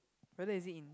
whether is it in